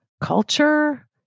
culture